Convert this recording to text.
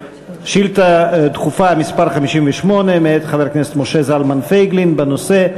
שאילתה דחופה מס' 58 מאת חבר הכנסת משה זלמן פייגלין בנושא: